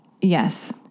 Yes